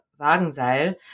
Wagenseil